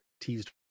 teased